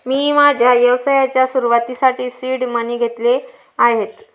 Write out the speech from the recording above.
मी माझ्या व्यवसायाच्या सुरुवातीसाठी सीड मनी घेतले आहेत